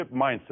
mindset